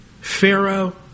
Pharaoh